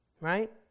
right